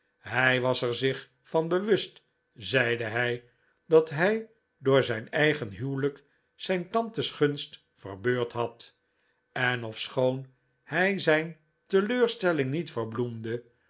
hij was er zich van bewust zeide hij dat hij door zijn eigen huwelijk zijn tantes gunst verbeurd had en ofschoon hij zijn teleurstelling niet verbloemde